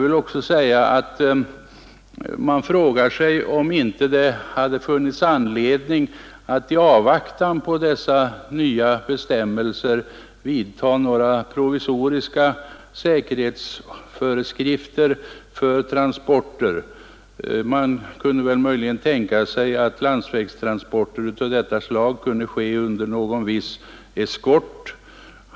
Man frågar sig vidare om det inte hade funnits anledning att i avvaktan på dessa nya bestämmelser utfärda några provisoriska säkerhetsföreskrifter för transporterna. Man kunde möjligen tänka sig att landsvägstransporter av detta slag skedde under viss eskort.